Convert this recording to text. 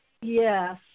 Yes